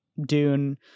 dune